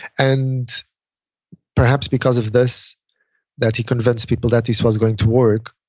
and perhaps because of this that he convinced people that this was going to work,